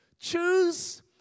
choose